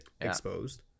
exposed